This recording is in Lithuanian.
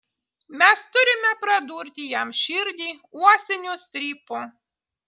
mes turime pradurti jam širdį uosiniu strypu